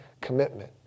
commitment